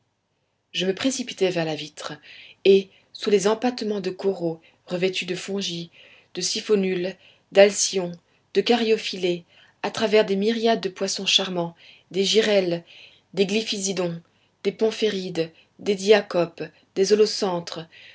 je me précipitai vers la vitre et sous les empâtements de coraux revêtus de fongies de syphonules d'alcyons de cariophyllées à travers des myriades de poissons charmants des girelles des glyphisidons des pomphérides des diacopes des holocentres